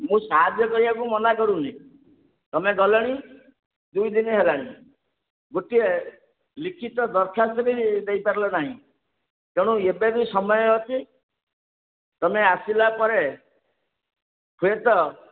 ମୁଁ ସାହାଯ୍ୟ କରିବାକୁ ମନା କରୁନି ତୁମେ ଗଲଣି ଦୁଇଦିନ ହେଲାଣି ଗୋଟିଏ ଲିଖିତ ଦରଖାସ୍ତଟି ଦେଇପାରିଲ ନାହିଁ ତେଣୁ ଏବେ ବି ସମୟ ଅଛି ତୁମେ ଆସିଲା ପରେ ହୁଏତ